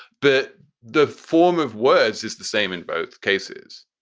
but the form of words is the same in both cases.